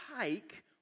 take